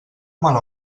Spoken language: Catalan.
mal